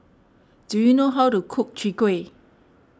do you know how to cook Chwee Kueh